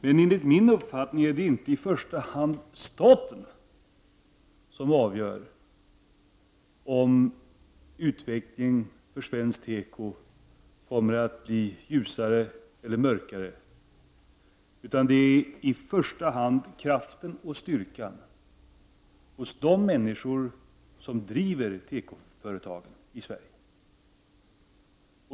Men enligt min uppfattning är det inte i första hand staten som avgör om utvecklingen för svensk teko kommer att bli ljusare eller mörkare, utan det är i första hand kraften och styrkan hos de människor som driver tekoföretagen i Sverige.